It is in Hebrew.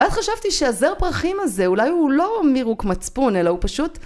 אז חשבתי שהזר פרחים הזה, אולי הוא לא מרוק מצפון, אלא הוא פשוט...